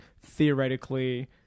theoretically